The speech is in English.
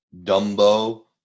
Dumbo